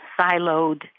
siloed